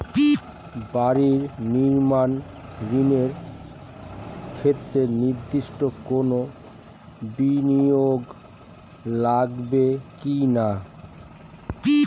বাড়ি নির্মাণ ঋণের ক্ষেত্রে নির্দিষ্ট কোনো বিনিয়োগ লাগবে কি না?